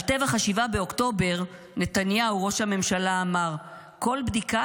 על טבח 7 באוקטובר נתניהו ראש הממשלה אמר: "כל בדיקה